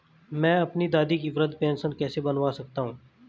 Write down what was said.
मैं अपनी दादी की वृद्ध पेंशन कैसे बनवा सकता हूँ?